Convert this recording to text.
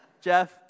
Jeff